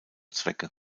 zwecke